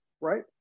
right